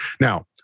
Now